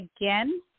again